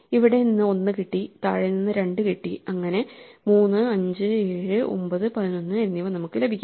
ഇവിടെ നിന്ന് 1 കിട്ടി താഴെ നിന്ന് 2 കിട്ടി അങ്ങിനെ 3 5 7 9 11 എന്നിവ നമുക്ക് ലഭിക്കും